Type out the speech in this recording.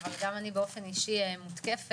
אבל גם אני באופן אישי מותקפת,